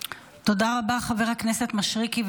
תודה רבה חבר הכנסת מישרקי,